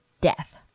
death